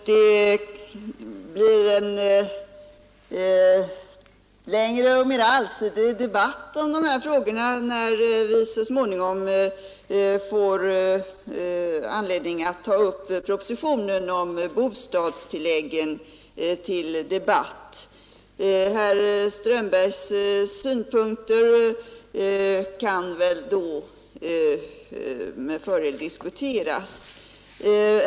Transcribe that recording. Fru talman! Det blir en längre och mera allsidig debatt om dessa frågor, när riksdagen så småningom får anledning att behandla propositionen om bostadstilläggen. Herr Strömbergs synpunkter kan med fördel diskuteras då.